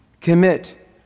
Commit